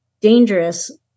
dangerous